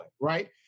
right